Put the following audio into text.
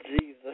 Jesus